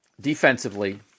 Defensively